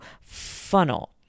funnel